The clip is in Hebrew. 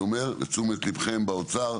ולכן, אני אומר, לתשומת ליבכם באוצר,